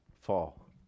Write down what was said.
fall